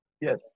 Yes